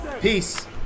peace